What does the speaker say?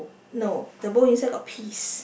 no the bowl inside got peas